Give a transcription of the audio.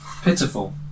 Pitiful